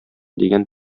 дигән